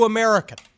American